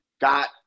got